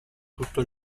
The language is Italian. tutto